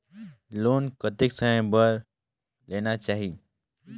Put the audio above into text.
Loan कतेक समय बर लेना चाही?